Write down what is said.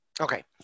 Okay